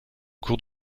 cours